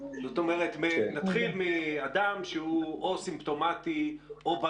זאת אומרת נתחיל מאדם שהוא או סימפטומטי או בא